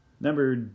Number